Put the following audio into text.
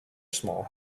small